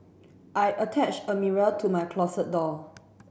I attached a mirror to my closet door